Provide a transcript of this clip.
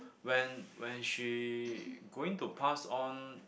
when when she going to pass on